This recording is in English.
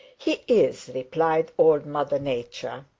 he is, replied old mother nature.